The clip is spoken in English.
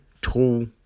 tall